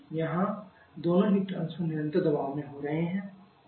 यहाँ दोनों heat transfer निरंतर दबाव में हो रहे हैं